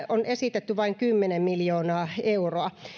on esitetty vain kymmenen miljoonaa euroa